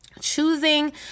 choosing